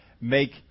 make